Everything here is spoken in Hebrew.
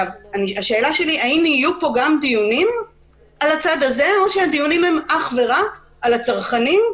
האם יהיו פה גם דיונים על הצד הזה או שהדיונים הם אך ורק על הצרכנים,